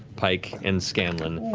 pike, and scanlan.